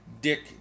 Dick